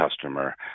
customer